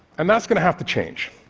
and that's going to have to change.